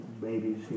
babies